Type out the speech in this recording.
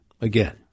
again